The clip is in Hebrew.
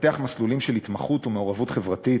לפתח מסלולים של התמחות ומעורבות חברתית,